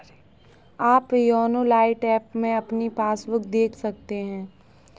आप YONO lite app में अपनी पासबुक देख सकते हैं